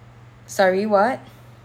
sorry what